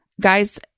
Guys